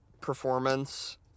performance